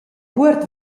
cuort